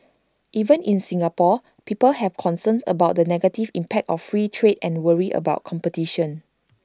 even in Singapore people have concerns about the negative impact of free trade and worry about competition